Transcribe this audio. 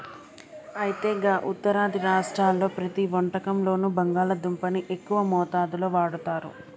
అయితే గా ఉత్తరాది రాష్ట్రాల్లో ప్రతి వంటకంలోనూ బంగాళాదుంపని ఎక్కువ మోతాదులో వాడుతారు